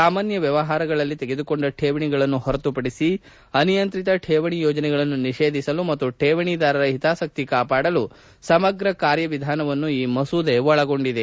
ಸಾಮಾನ್ಯ ವ್ಯವಹಾರಗಳಲ್ಲಿ ತೆಗೆದುಕೊಂಡ ಠೇವಣಿಗಳನ್ನು ಪೊರತುಪಡಿಸಿ ಅನಿಯಂತ್ರಿತ ಠೇವಣಿ ಯೋಜನೆಗಳನ್ನು ನಿಷೇಧಿಸಲು ಮತ್ತು ಠೇವಣಿದಾರರ ಹಿತಾಸಕ್ತಿ ಕಾಪಾಡಲು ಸಮಗ್ರ ಕಾರ್ಯವಿಧಾನವನ್ನು ಈ ಮಸೂದೆ ಒಳಗೊಂಡಿದೆ